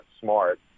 smart